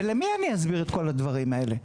ולמי אני אסביר את כל הדברים האלה?